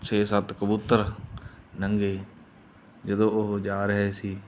ਛੇ ਸੱਤ ਕਬੂਤਰ ਲੰਘੇ ਜਦੋਂ ਉਹ ਜਾ ਰਹੇ ਸੀ